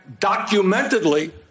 documentedly